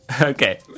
okay